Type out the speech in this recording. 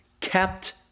kept